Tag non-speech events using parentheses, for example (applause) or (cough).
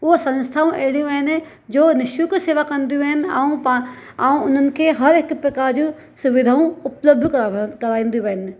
हूअ संस्थाऊं अहिड़ियूं आहिनि निशुल्क सेवा कंदियूं आहिनि ऐं उन्हनि खें हर हिकु प्रकार जूं सुविधाऊं उपलब्धु (unintelligible) कराईंदियूं आहिनि